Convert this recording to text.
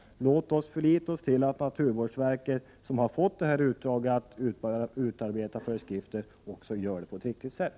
Låt oss förlita oss på att naturvårdsverket, som har fått uppdraget att utarbeta föreskrifter, också gör det på ett riktigt sätt!